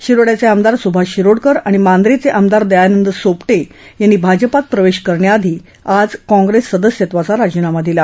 शिरोड्याचे आमदार सुभाष शिरोडकर आणि मांद्रेचे आमदार दयानंद सोपटे यांनी भाजपात प्रवेश करण्याआधी आज काँग्रेस सदस्यत्वाचा राजीनामा दिला